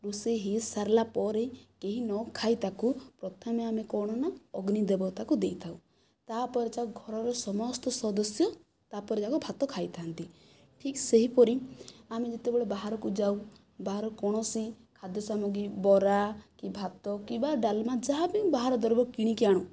ରୋଷେଇ ହୋଇସାରିଲା ପରେ କେହି ନ ଖାଇ ତାକୁ ପ୍ରଥମେ ଆମେ କ'ଣ ନା ଅଗ୍ନି ଦେବତାକୁ ଦେଇଥାଉ ତା'ପରେ ଯାକ ଘରର ସମସ୍ତ ସଦସ୍ୟ ତା'ପରେ ଯାକ ଭାତ ଖାଇଥାନ୍ତି ଠିକ ସେହିପରି ଆମେ ଯେତେବେଳେ ବାହାରକୁ ଯାଉ ବାହାରୁ କୌଣସି ଖାଦ୍ୟ ସାମଗ୍ରୀ ବରା କି ଭାତ କି ବା ଡାଲମା ଯାହାବି ବାହାର ଦ୍ରବ୍ୟ କିଣିକି ଆଣୁ